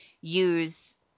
use